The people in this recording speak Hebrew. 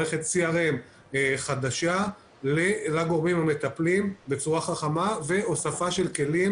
מערכת CRM חדשה לגורמים המטפלים בצורה חכמה והוספה של כלים